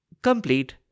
complete